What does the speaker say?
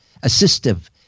assistive